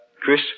Chris